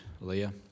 Leah